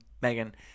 Megan